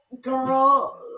girl